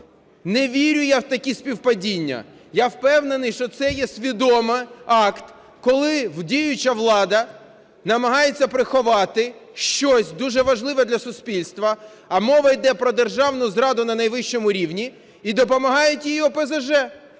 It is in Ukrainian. Не вірю я в такі співпадіння. Я впевнений, що це є свідомий акт, коли діюча влада намагається приховати щось дуже важливе для суспільства, а мова йде про державну зраду на найвищому рівні, і допомагає їй ОПЗЖ.